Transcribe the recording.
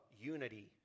unity